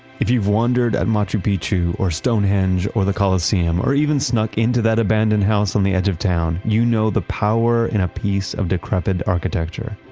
if you've wandered at machu picchu, or stonehenge, or the colosseum, or even snuck into that abandoned house on the edge of town, you know the power in a piece of decrepit architecture.